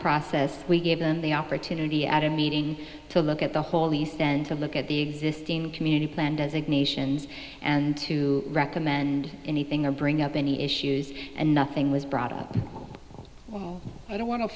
process we gave them the opportunity at a meeting to look at the whole the stand to look at the existing community plan does it nations and to recommend anything or bring up any issues and nothing was brought up i don't want to